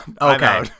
Okay